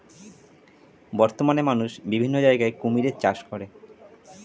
বর্তমানে মানুষ বিভিন্ন জায়গায় কুমিরের চাষ করে